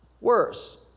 worse